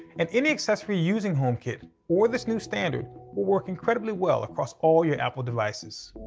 and any accessory using homekit or this new standard will work incredibly well across all your apple devices.